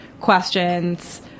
questions